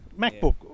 MacBook